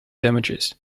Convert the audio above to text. damages